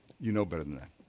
you know better than that.